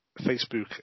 Facebook